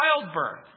childbirth